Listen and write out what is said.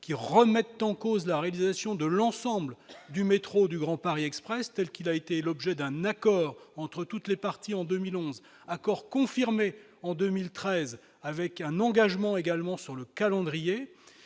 qui remettent en cause la réalisation de l'ensemble du métro du Grand Paris Express telle qu'il a été l'objet d'un accord entre toutes les parties en 2011 accord confirmé en 2013, avec un engagement également sur le calendrier,